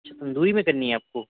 تندوری میں کرنی ہے آپ کو